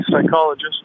psychologist